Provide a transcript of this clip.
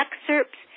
excerpts